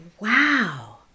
wow